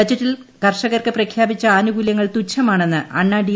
ബജറ്റിൽ കർഷകർക്ക് പ്രഖ്യാപിച്ച ആനുകൂല്യങ്ങൾ തുച്ഛമാണെന്ന് അണ്ണാ ഡി